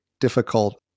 difficult